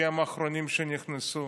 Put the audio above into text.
כי הם האחרונים שנכנסו.